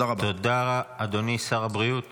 לשר אוריאל